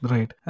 Right